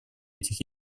этих